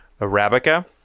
Arabica